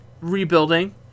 rebuilding